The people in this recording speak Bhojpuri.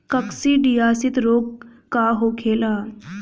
काकसिडियासित रोग का होखेला?